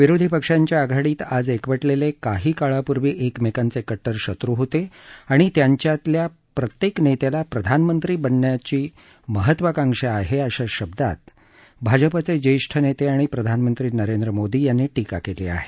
विरोधी पक्षांच्या आघाडीत आज एकवटलेले काही काळापूर्वी एकमेकांचे कट्टर शत्रू होते आणि त्यांच्यातल्या प्रत्येक नेत्याला प्रधानमंत्री बनण्याची महत्वाकांक्षा आहे अशा शब्दात भाजपाचे ज्येष्ठ नेते प्रधानमंत्री नरेंद्र मोदी यांनी टीका केली आहे